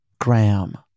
Graham